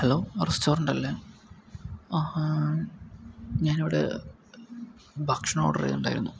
hello റെസ്റ്റോറൻ്റല്ലേ ഞാനിവിടെ ഭക്ഷണം ഓർഡറ് ചെയ്തിട്ടുണ്ടായിരുന്നു